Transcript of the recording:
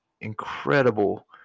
incredible